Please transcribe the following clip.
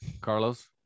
carlos